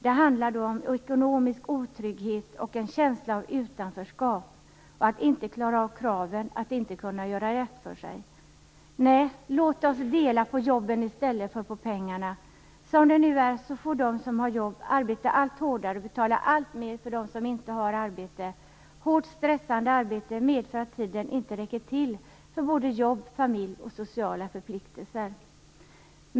Det handlar då om en ekonomisk otrygghet och en känsla av utanförskap, att inte klara kraven och inte kunna göra rätt för sig. Nej, låt oss dela på jobben i stället för på pengarna! Som det nu är får de som har jobb arbeta allt hårdare och betala alltmer för dem som inte har arbete. Hårt stressande arbete medför att tiden inte räcker till för jobb, familj och sociala förpliktelser.